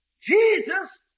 Jesus